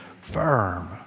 firm